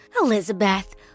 Elizabeth